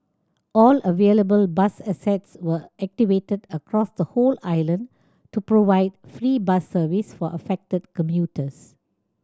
all available bus assets were activated across the whole island to provide free bus service for affected commuters